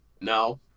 No